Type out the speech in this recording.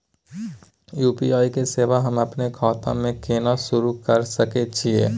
UPI के सेवा हम अपने खाता म केना सुरू के सके छियै?